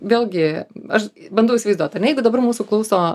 vėlgi aš bandau įsivaizduot ane jeigu dabar mūsų klauso